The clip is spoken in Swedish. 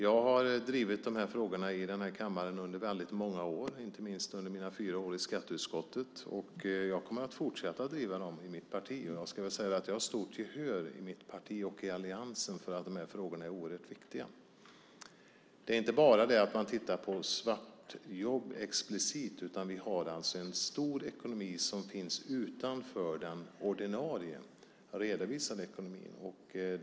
Jag har drivit de här frågorna här i kammaren i många år, inte minst under mina fyra år i skatteutskottet. Jag kommer att fortsätta att driva dem i mitt parti. Jag har stort gehör i mitt parti och i alliansen för att de här frågorna är oerhört viktiga. Man tittar inte bara på svartjobb explicit. Vi har en stor ekonomi utanför den ordinarie redovisade ekonomin.